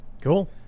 cool